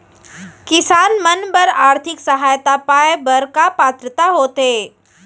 किसान मन बर आर्थिक सहायता पाय बर का पात्रता होथे?